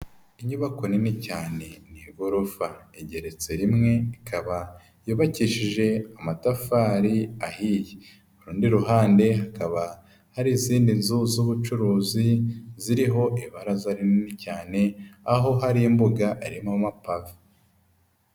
Inyubako nini cyane ni igorofa igeretse rimwe ikaba yubakishije amatafari ahiye, ku rundi ruhande hakaba hari izindi nzu z'ubucuruzi ziriho ibaraza rinini cyane, aho hari imbuga irimo amapave.